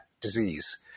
disease